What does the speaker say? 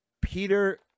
peter